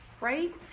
right